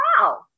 wow